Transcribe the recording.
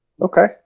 Okay